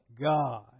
God